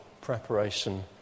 preparation